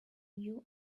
new